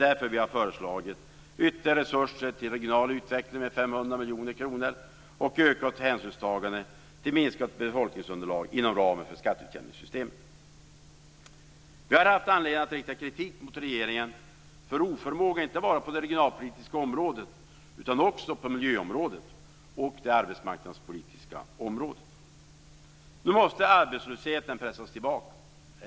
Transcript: Därför har vi föreslagit ytterligare 500 miljoner kronor till regional utveckling och ökat hänsynstagande till minskat befolkningsunderlag inom ramen för skatteutjämningssystemet. Vi har haft anledning att rikta kritik mot regeringen för oförmåga inte bara på det regionalpolitiska området utan också på miljöområdet och det arbetsmarknadspolitiska området. Nu måste arbetslösheten pressas tillbaka.